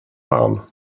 fan